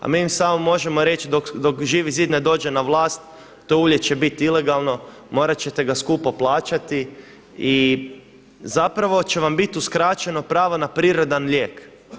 A mi samo možemo reći dok Živi zid ne dođe na vlast to ulje će biti ilegalno, morat ćete ga skupo plaćati i zapravo će vam bit uskraćeno pravo na prirodan lijek.